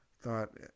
thought